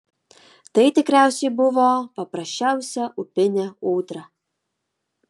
tai tikriausiai buvo paprasčiausia upinė ūdra